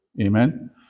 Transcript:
Amen